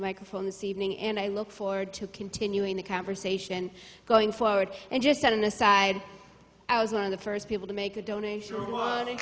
microphone this evening and i look forward to continuing the conversation going forward and just an aside i was one of the first people to make a donation